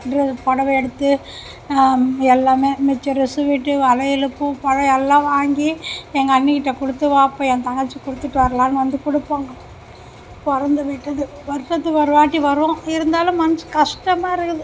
பொடவை எடுத்து எல்லாம் மிச்சரு சுவீட்டு வளையல் பூ பழம் எல்லாம் வாங்கி எங்கள் அண்ணிகிட்ட கொடுத்து வா போய் என் தங்கச்சிக்கு கொடுத்துட்டு வரலான்னு வந்து கொடுப்பாங்க பிறந்த வீட்டுது வருடத்துக்கு ஒருவாட்டி வரும் இருந்தாலும் மனது கஷ்டமாயிருக்குது